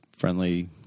friendly